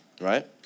Right